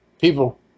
people